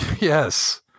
Yes